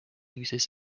uses